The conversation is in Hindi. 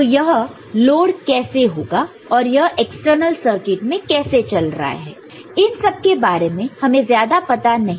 तो यह लोड कैसे होगा और यह एक्सटर्नल सर्किट में कैसे चल रहा है इन सब के बारे में हमें ज्यादा पता नहीं